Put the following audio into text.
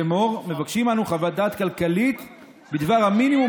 לאמור: מבקשים אנו חוות דעת כלכלית בדבר המינימום